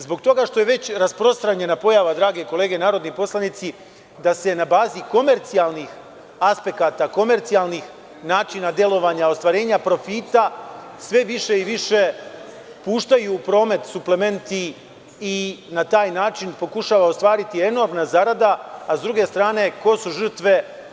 Zbog toga što je već rasprostranjena pojava, drage kolege narodni poslanici, da se na bazi komercijalnih aspekata, komercijalnih načina delovanja, ostvarenja profita, sve više i više puštaju u promet suplementi i na taj način pokušava ostvariti enormna zarada, a s druge strane ko su žrtve?